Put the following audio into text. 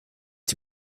die